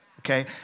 okay